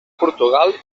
portugal